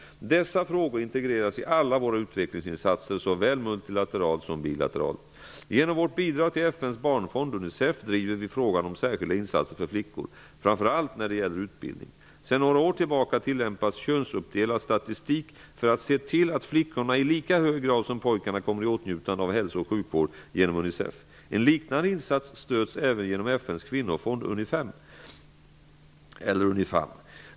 Dessa frågor integreras i alla våra utvecklingsinsatser såväl multilateralt som bilateralt. Genom vårt bidrag till FN:s barnfond UNICEF driver vi frågan om särskilda insatser för flickor, framför allt när det gäller utbildning. Sedan några år tillbaka tillämpas könsuppdelad statistik för att se till att flickorna i lika hög grad som pojkarna kommer i åtnjutande av hälso och sjukvård genom UNICEF. En liknande insats stöds även genom FN:s kvinnofond UNIFEM.